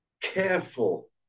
careful